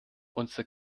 unser